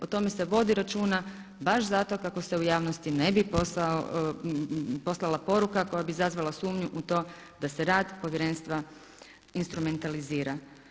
O tome se vodi računa baš zato kako se u javnosti ne bi poslala poruka koja bi izazvala sumnju u to da se rad Povjerenstva instrumentalizira.